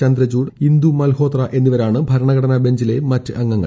ചന്ദ്രചൂഡ് ഇന്ദു മൽഹോത്ര എന്നിവരാണ് ഭരണഘടനാ ബഞ്ചിലെ മറ്റ് അംഗങ്ങൾ